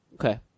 Okay